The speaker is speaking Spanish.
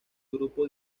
grupo